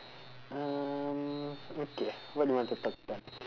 mm okay what do you want to talk about next